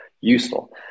Useful